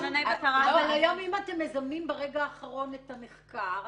היום אם אתם מזמנים ברגע האחרון את המחקר,